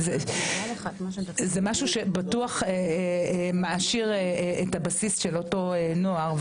זה משהו שבטוח מעשיר את הבסיס של אותו נוער,